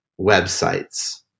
websites